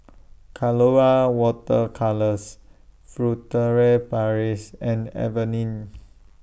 Colora Water Colours Furtere Paris and Avene